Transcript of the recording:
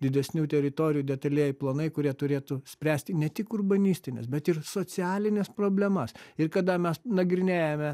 didesnių teritorijų detalieji planai kurie turėtų spręsti ne tik urbanistines bet ir socialines problemas ir kada mes nagrinėjame